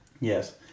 Yes